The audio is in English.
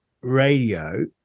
radio